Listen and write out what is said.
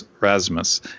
Rasmus